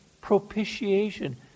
propitiation